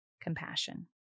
compassion